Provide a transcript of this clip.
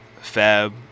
Fab